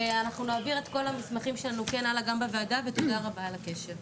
ואנחנו נעביר את כל המסמכים שלנו כן הלאה בוועדה ותודה רבה על הקשר.